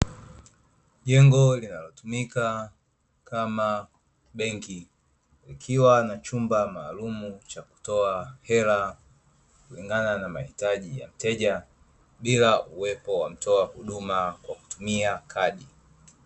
Jengo linaliotumika kama benki, likiwa na chumba maalumu cha kutoa hela kulingana na mahitaji ya mteja, bila kuwepo wa mtoa huduma kwa kutumia kadi.